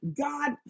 God